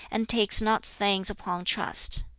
and takes not things upon trust.